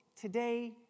...today